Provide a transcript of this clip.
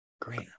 Great